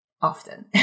often